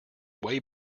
way